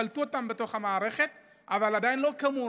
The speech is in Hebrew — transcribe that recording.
קלטו אותם בתוך המערכת אבל עדיין לא כמורים,